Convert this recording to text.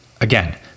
Again